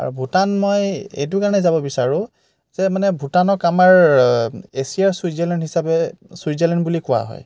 আৰু ভূটান মই এইটো কাৰণে যাব বিচাৰো যে মানে ভূটানক আমাৰ এছিয়াৰ ছুইজাৰলেণ্ড হিচাপে ছুইজাৰলেণ্ড বুলি কোৱা হয়